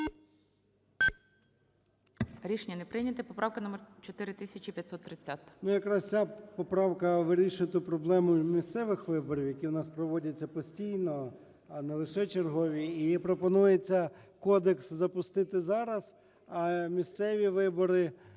Рішення не прийнято. Поправка номер 4527.